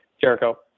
Jericho